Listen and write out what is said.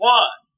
one